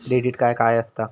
Credit card काय असता?